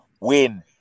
Win